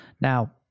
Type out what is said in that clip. Now